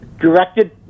directed